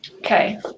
Okay